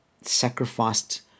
sacrificed